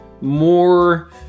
more